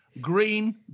green